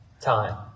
time